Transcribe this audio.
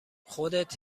خودت